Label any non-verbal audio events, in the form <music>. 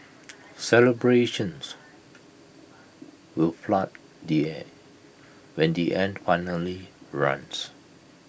celebrations <noise> will flood the air when the end finally runs